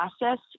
process